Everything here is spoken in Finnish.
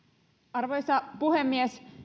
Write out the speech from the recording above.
arvoisa puhemies